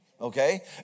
Okay